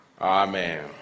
Amen